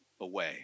away